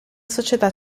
società